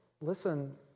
listen